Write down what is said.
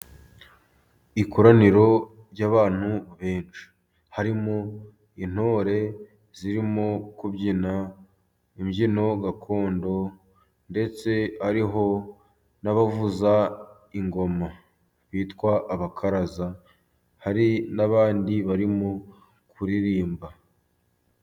Ikoraniro ry'abantu benshi harimo intore zirimo kubyina imbyino gakondo, ndetse hariho n'abavuza ingoma bitwa abakaraza, hari n'abandi barimo kuririmba.